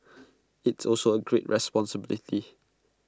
it's also A great responsibility